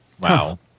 wow